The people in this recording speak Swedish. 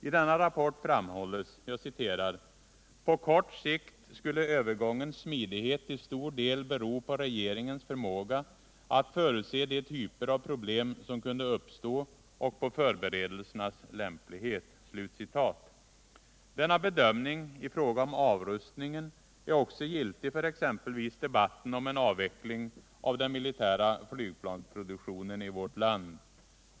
I denna rapport framhålls: ”På kort sikt skulle övergångens smidighet till stor del bero på regeringens förmåga att förutse de typer av problem som kunde uppstå och på förberedelsernas lämplighet.” Denna bedömning i fråga om avrustningen är också giltig för exempelvis debatten om en avveckling av den militära flygplansproduktionen i vårt land.